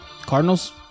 Cardinals